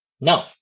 No